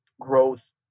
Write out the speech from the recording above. growth